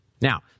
Now